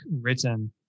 written